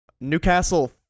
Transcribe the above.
Newcastle